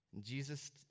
Jesus